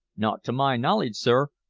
not to my knowledge, sir.